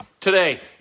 Today